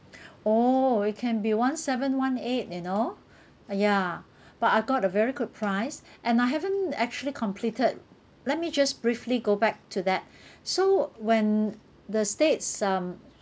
oh it can be one seven one eight you know yeah but I got a very good price and I haven't actually completed let me just briefly go back to that so when the states um